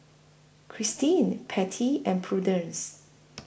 Christene Patty and Prudence